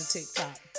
TikTok